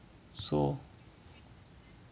so